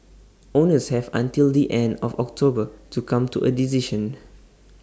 owners have until the end of October to come to A decision